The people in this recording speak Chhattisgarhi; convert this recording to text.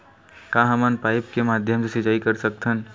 का हमन पाइप के माध्यम से सिंचाई कर सकथन?